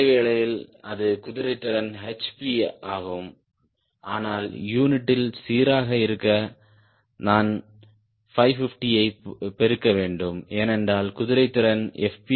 இடைவேளையில் அது குதிரைத்திறன் hP ஆகும் ஆனால் யூனிட்டில் சீராக இருக்க நான் 550 ஐ பெருக்க வேண்டும் ஏனென்றால் குதிரைத்திறனை எஃப்